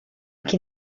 chi